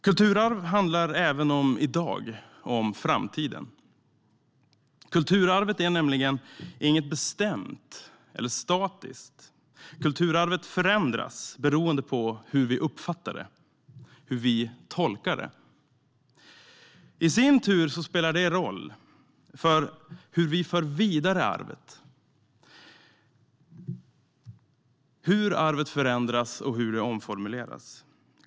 Kulturarv handlar även om i dag och om framtiden. Kulturarvet är nämligen inget bestämt eller statiskt. Kulturarvet förändras beroende på hur vi uppfattar det, hur vi tolkar det. I sin tur spelar det stor roll för hur vi för vidare arvet, hur arvet förändras och omformuleras.